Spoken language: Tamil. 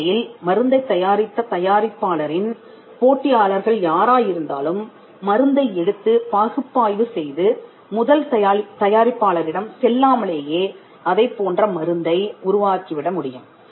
இந்நிலையில் மருந்தைத் தயாரித்த தயாரிப்பாளரின் போட்டியாளர்கள் யாராயிருந்தாலும் மருந்தை எடுத்துப் பகுப்பாய்வு செய்து முதல் தயாரிப்பாளரிடம் செல்லாமலேயே அதைப்போன்ற மருந்தை உருவாக்கிவிட முடியும்